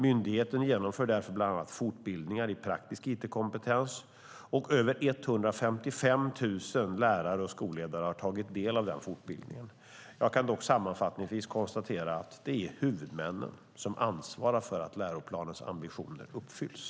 Myndigheten genomför därför bland annat fortbildningar i praktisk it-kompetens, och över 155 000 pedagoger och skolledare har tagit del av den fortbildningen. Jag kan dock sammanfattningsvis konstatera att det är huvudmännen som ansvarar för att läroplanens ambitioner uppfylls.